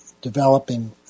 developing